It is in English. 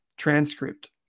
Transcript